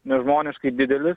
nežmoniškai didelis